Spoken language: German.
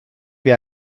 wir